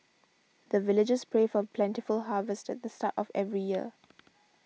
the villagers pray for plentiful harvest at the start of every year